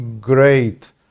great